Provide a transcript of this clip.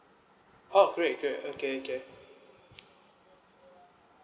oh great great okay okay